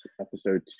episode